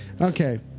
Okay